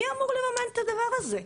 מי אמור לממן את הדבר הזה?